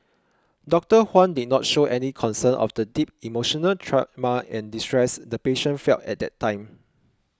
Doctor Huang did not show any concern of the deep emotional trauma and distress the patient felt at that time